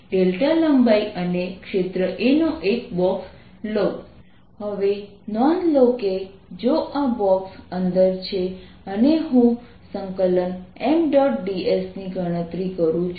spherical shell માટે high symmetry ડેન્સિટીને કારણે અમે પોટેન્શિયલની ગણતરી કરીશું